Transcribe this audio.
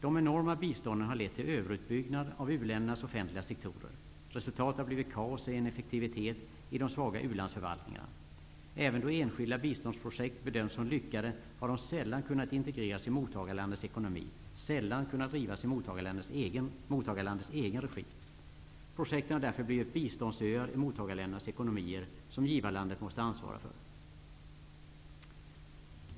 De enorma bistånden har lett till överutbyggnad av u-ländernas offentliga sektorer. Resultatet har blivit kaos och ineffektivitet i de svaga ulandsförvaltningarna. Även då enskilda biståndsprojekt bedömts som lyckade har de sällan kunnat integreras i mottagarlandets ekonomi och sällan kunnat drivas i mottagarlandets egen regi. Projekten har därför blivit ''biståndsöar'' i mottagarländernas ekonomier som givarlandet måste ansvara för.